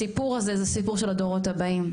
הסיפור הזה זה סיפור של הדורות הבאים,